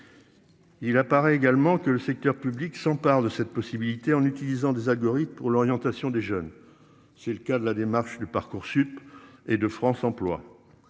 Il apparaît également que le secteur public s'emparent de cette possibilité en utilisant des algorithmes pour l'orientation des jeunes. C'est le cas de la démarche de Parcoursup et de France emploie.